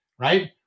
Right